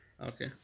Okay